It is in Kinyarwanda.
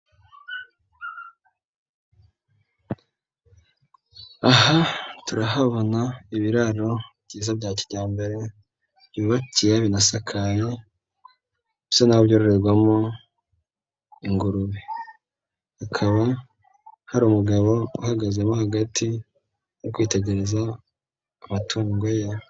Aha turahabona ibiraro byiza bya kijyambere byubakiye binasakaye, bisa n'aho byororerwamo ingurube, hakaba hari umugabo uhagaze mo hagati uri kwitegereza amatungo ye.